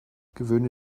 gewöhne